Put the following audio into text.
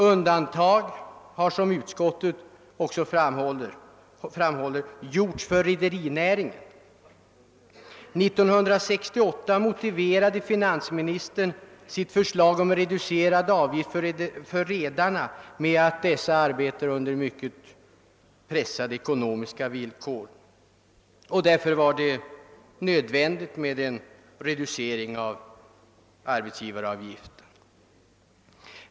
Undantag har, såsom utskottet också framhåller, gjorts för rederinäringen. 1968 motiverade finansministern sitt förslag om en reducerad avgift för redarna med att dessa arbetar under mycket pressade ekonomiska villkor och att det därför var nödvändigt med en reducering av arbetsgivaravgiften.